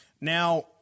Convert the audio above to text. Now